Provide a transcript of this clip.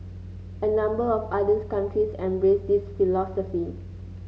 a number of other countries embrace this philosophy